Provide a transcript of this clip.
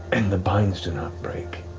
and the binds do not break,